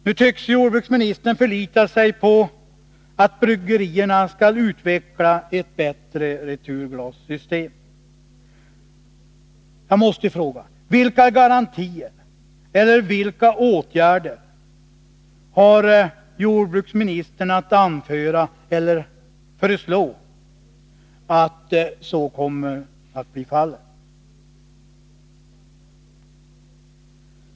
Nu tycks jordbruksministern förlita sig på att bryggerierna skall utveckla ett bättre returglassystem. Vilka garantier har jordbruksministern för att så blir fallet?